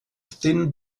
thin